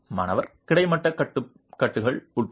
மாணவர் கிடைமட்ட கட்டுகள் உட்பட